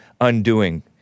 undoing